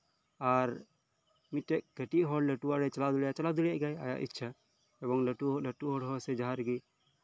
ᱟᱨ ᱢᱤᱫ ᱴᱮᱱ ᱠᱟᱴᱤᱡ ᱦᱚᱲ ᱞᱟᱹᱴᱩᱣᱟᱜ ᱨᱮ ᱪᱟᱞᱟᱣ ᱫᱟᱲᱮᱭᱟᱜ ᱜᱮᱭᱟᱭ ᱟᱭᱟᱜ ᱤᱪᱪᱷᱟ ᱮᱵᱚᱝ ᱞᱟᱹᱴᱩ ᱞᱟᱹᱴᱩ ᱦᱚᱲ ᱦᱚᱸ ᱡᱟᱦᱟᱸ ᱨᱮᱜᱮ